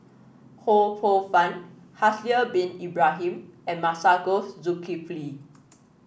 Ho Poh Fun Haslir Bin Ibrahim and Masagos Zulkifli